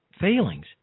failings